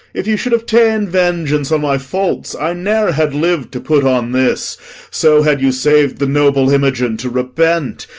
if you should have ta'en vengeance on my faults, i never had liv'd to put on this so had you saved the noble imogen to repent,